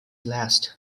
last